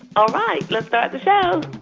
all right. let's start the show and